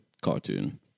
cartoon